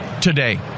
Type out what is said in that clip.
today